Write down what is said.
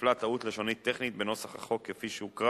נפלה טעות לשונית-טכנית בנוסח החוק כפי שהוקרא